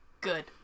good